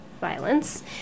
violence